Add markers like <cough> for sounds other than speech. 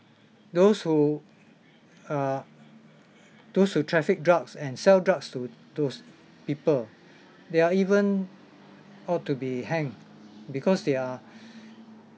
those who uh those who traffic drugs and sell drugs to those people they're even ought to be hanged because they are <breath>